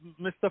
Mr